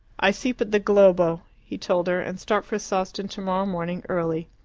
i sleep at the globo, he told her, and start for sawston tomorrow morning early.